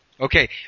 Okay